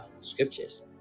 scriptures